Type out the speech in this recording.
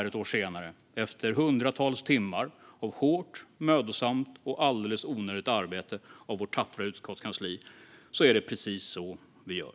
Ett år senare, efter hundratals timmar av hårt, mödosamt och alldeles onödigt arbete av vårt tappra utskottskansli, är det precis så vi gör.